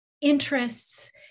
interests